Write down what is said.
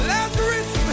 Lazarus